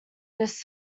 this